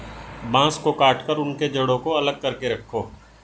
बांस को काटकर उनके जड़ों को अलग करके रखो